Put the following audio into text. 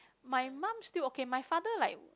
my mum still okay my father like